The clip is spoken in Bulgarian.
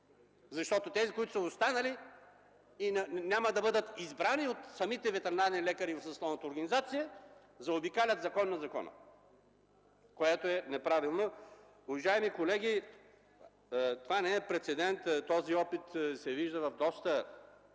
текст. Тези, които са останали няма да бъдат избрани от самите ветеринарни лекари в съсловната организация. Заобикалят законно закона, което е неправилно. Уважаеми колеги, това не е прецедент. Такива опити се виждат в доста